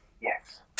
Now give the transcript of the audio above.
Yes